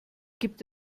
gibt